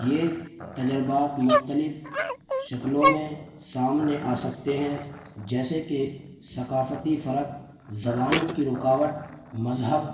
یہ تجربات مختلف شکلوں میں سامنے آ سکتے ہیں جیسے کہ ثقافتی فرق زبان کی رکاوٹ مذہب